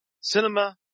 Cinema